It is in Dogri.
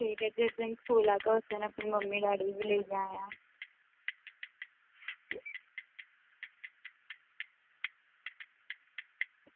ठीक ऐ फिर जदूं स्कूल आह्गा अपनी मम्मी डैडी गी बी लेइयै आमेआं